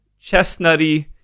chestnutty